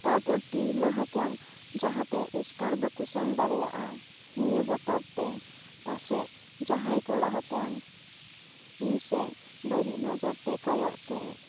ᱛᱟᱨᱯᱚᱨ ᱛᱤᱨᱞᱟᱹ ᱦᱚᱯᱚᱱ ᱡᱟᱦᱟᱛᱮ ᱮᱥᱠᱟᱨ ᱵᱟᱠᱚ ᱥᱮᱱ ᱫᱟᱲᱮᱭᱟᱜᱼᱟ ᱱᱤᱭᱟᱹ ᱵᱚᱛᱚᱨ ᱛᱮ ᱯᱟᱥᱮᱡ ᱡᱟᱦᱟᱭ ᱠᱚᱲᱟ ᱦᱚᱯᱚᱱ ᱤᱧᱥᱮᱫ ᱵᱟᱹᱲᱤᱡ ᱱᱚᱡᱚᱨ ᱛᱮᱭ ᱠᱚᱭᱚᱜ ᱠᱮᱫ